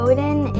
Odin